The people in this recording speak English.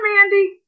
Mandy